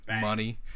money